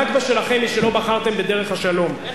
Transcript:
הנכבה שלכם היא שלא בחרתם בדרך השלום,